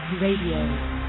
Radio